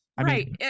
Right